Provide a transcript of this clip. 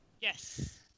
Yes